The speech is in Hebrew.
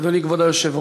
אדוני כבוד היושב-ראש,